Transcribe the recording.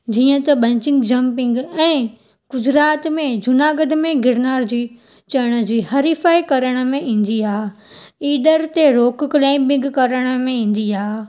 जीअं त bungee jumping ऐं गुजरात में जूनागढ़ में गिरनार जी चढ़ण जी हरिफाइ करण में ईंदी आहे इडर ते रोप क्लाइबिंग करण में ईंदी आहे